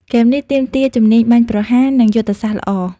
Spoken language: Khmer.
ហ្គេមនេះទាមទារជំនាញបាញ់ប្រហារ និងយុទ្ធសាស្ត្រល្អ។